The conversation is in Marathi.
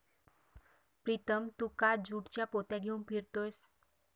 प्रीतम तू का ज्यूटच्या पोत्या घेऊन फिरतोयस